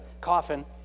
coffin